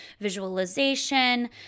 visualization